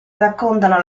raccontano